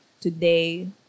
today